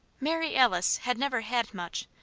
mary alice had never had much,